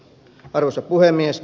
arvoisa puhemies